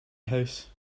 house